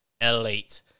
elite